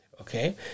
okay